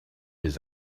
his